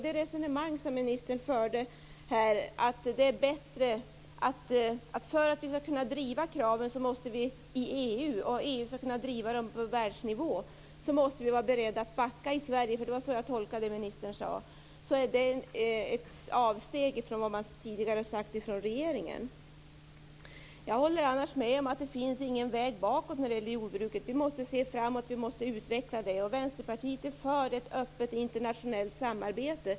Det resonemang som ministern förde, att vi för att vi i EU skall kunna driva kraven och för att EU skall kunna driva dem på världsnivå, måste vi i Sverige vara beredda att backa. Det var så jag tolkade det som ministern sade. Detta innebär ett avsteg från det som regeringen tidigare har sagt. Annars håller jag med om att det inte finns någon väg bakåt när det gäller jordbruket. Vi måste se framåt och utveckla det. Vänsterpartiet är för ett öppet och internationellt samarbete.